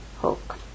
hook